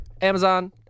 Amazon